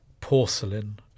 porcelain